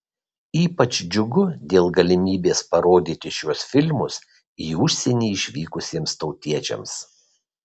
ypač džiugu dėl galimybės parodyti šiuos filmus į užsienį išvykusiems tautiečiams